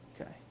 Okay